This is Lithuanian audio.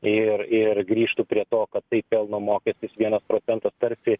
ir ir grįžtu prie to kad tai pelno mokestis vienas procentas tarsi